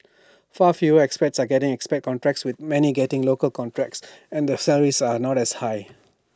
far fewer expats are getting expat contracts with many getting local contracts and the salaries are not as high